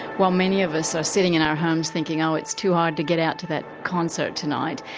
while many of us are sitting in our homes thinking, oh, it's too hard to get out to that concert tonight,